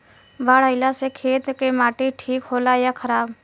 बाढ़ अईला से खेत के माटी ठीक होला या खराब?